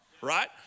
right